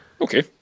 Okay